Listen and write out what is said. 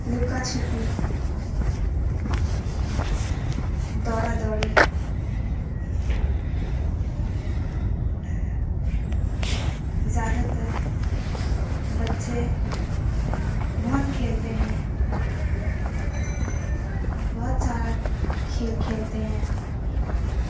لُکا چھپی دوڑا دوڑی زیادہ تر بچے بہت کھیلتے ہیں بہت سارا کھیل کھیلتے ہیں